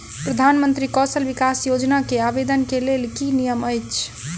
प्रधानमंत्री कौशल विकास योजना केँ आवेदन केँ लेल की नियम अछि?